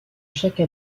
chaque